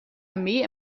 armee